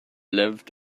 lived